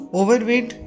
overweight